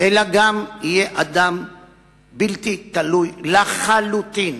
אלא גם יהיה אדם בלתי תלוי לחלוטין,